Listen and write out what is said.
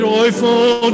Joyful